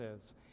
says